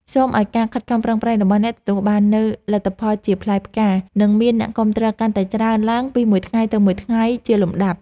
សូមឱ្យការខិតខំប្រឹងប្រែងរបស់អ្នកទទួលបាននូវលទ្ធផលជាផ្លែផ្កា និងមានអ្នកគាំទ្រកាន់តែច្រើនឡើងពីមួយថ្ងៃទៅមួយថ្ងៃជាលំដាប់។